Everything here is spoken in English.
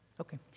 Okay